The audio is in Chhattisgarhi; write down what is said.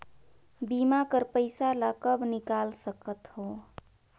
बीमा कर पइसा ला कब निकाल सकत हो?